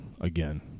again